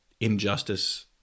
injustice